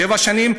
שבע שנים,